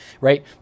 right